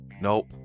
Nope